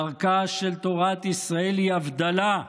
דרכה של תורת ישראל היא הבדלה,